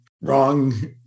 wrong